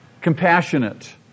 Compassionate